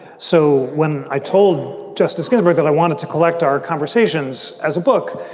so when i told justice ginsburg that i wanted to collect our conversations as a book,